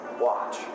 watch